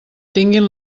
tinguin